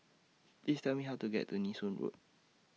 Please Tell Me How to get to Nee Soon Road